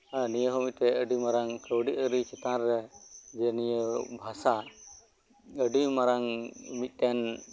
ᱱᱤᱭᱟᱹ ᱦᱚᱸ ᱢᱤᱜᱴᱮᱱ ᱟᱰᱤ ᱢᱟᱨᱟᱝ ᱠᱟᱹᱣᱰᱤ ᱟᱨᱤ ᱪᱮᱛᱟᱱ ᱨᱮ ᱡᱮ ᱱᱤᱭᱟᱹ ᱵᱷᱟᱥᱟ ᱟᱰᱤ ᱢᱟᱨᱟᱝ ᱢᱤᱜᱴᱮᱱ